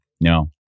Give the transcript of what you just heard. No